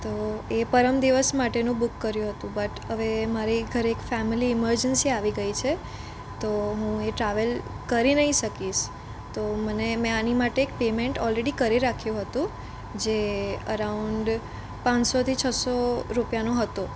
તો એ પરમદિવસ માટેનું બુક કર્યું હતું બટ હવે મારે ઘરે એક ફેમિલી ઇમરજન્સી આવી ગઈ છે તો હું ટ્રાવેલ કરી નહીં શકીસ તો મને મેં આની માટે એક પેમેન્ટ ઑલરેડી કરી રાખ્યું હતું જે અરાઉન્ડ પાંચસો થી છસો રૂપિયાનું હતું